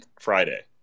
Friday